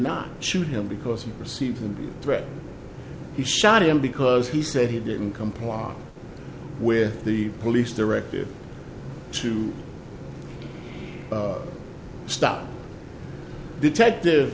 not shoot him because he perceived threat he shot him because he said he didn't comply with the police directive to stop detective